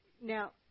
now